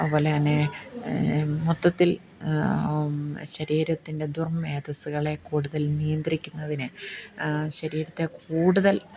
അത്പോലെ തന്നെ മൊത്തത്തിൽ ശരീരത്തിൻ്റെ ദുർമേധസ്സുകളെ കൂടുതൽ നിയന്ത്രിക്കുന്നതിന് ശരീരത്തെ കൂടുതൽ